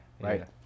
right